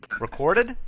Recorded